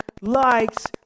likes